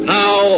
now